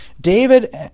David